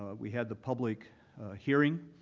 we had the public hearing,